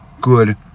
good